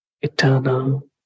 eternal